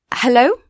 Hello